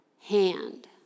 hand